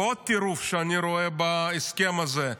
ועוד טירוף שאני רואה בהסכם הזה,